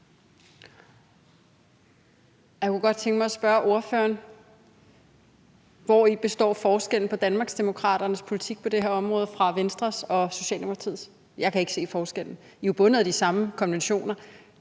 Jeg kunne godt tænke mig spørge ordføreren: Hvori består forskellen på Danmarksdemokraternes politik på det her område og Venstres og Socialdemokratiets politik? Jeg kan ikke se forskellen. Vi er bundet af de samme konventioner.